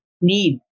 need